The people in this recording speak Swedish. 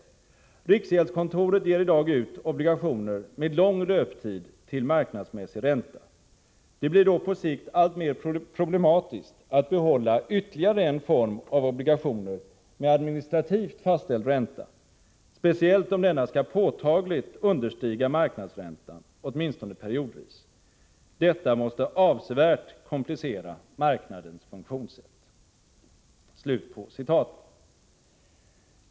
Riksgäldskontoret ger i dag ut obligationer med lång löptid till marknadsmässig ränta. Det blir dock på sikt alltmer problematiskt att behålla ytterligare en form av obligationer med administrativt fastställd ränta, speciellt om denna skall påtagligt understiga marknadsräntan, åtminstone periodvis. Detta måste avsevärt komplicera marknadens funktionssätt.